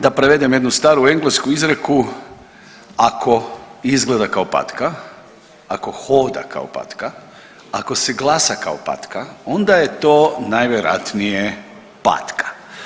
Da prevedem jednu staru englesku izreku, ako izgleda kao patka, ako hoda kao patka, ako se glasa kao patka, onda je to najvjerojatnije patka.